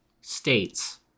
states